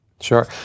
sure